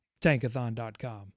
tankathon.com